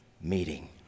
meeting